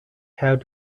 have